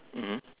mmhmm